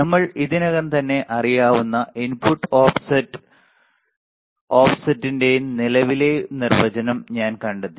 നമ്മൾക്ക് ഇതിനകം തന്നെ അറിയാവുന്ന ഇൻപുട്ട് ഓഫ്സെറ്റ്ൻറെ നിലവിലെ നിർവചനം ഞാൻ കണ്ടെത്തി